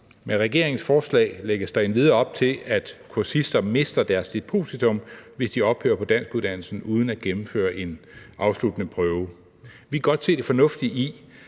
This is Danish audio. Med regeringens forslag lægges der endvidere op til, af kursister mister deres depositum, hvis de ophører på danskuddannelsen uden at gennemføre en afsluttende prøve. Vi kan godt se det fornuftige i,